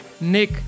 Nick